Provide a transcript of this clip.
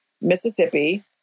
Mississippi